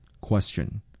Question